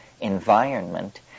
environment